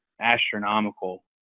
astronomical